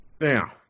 now